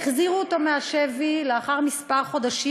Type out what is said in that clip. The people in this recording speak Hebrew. החזירו אותו מהשבי לאחר כמה חודשים,